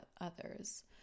others